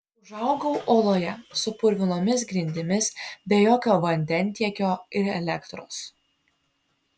užaugau oloje su purvinomis grindimis be jokio vandentiekio ir elektros